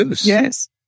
Yes